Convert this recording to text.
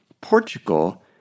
Portugal